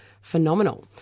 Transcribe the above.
phenomenal